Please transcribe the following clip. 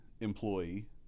employee